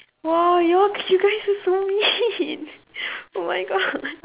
!wow! y'all c~ you guys are so mean oh my god